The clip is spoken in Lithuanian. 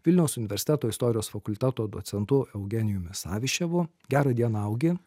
vilniaus universiteto istorijos fakulteto docentu eugenijumi saviščevu gera diena augi